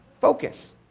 focus